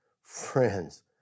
Friends